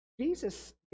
Jesus